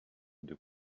deux